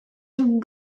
joue